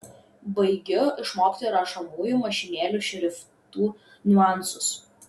baigiu išmokti rašomųjų mašinėlių šriftų niuansus